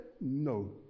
no